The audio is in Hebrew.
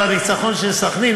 על הניצחון של סח'נין,